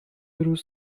روز